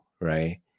right